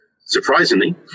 surprisingly